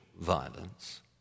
violence